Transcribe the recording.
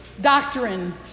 doctrine